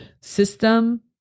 system